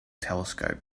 telescope